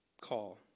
call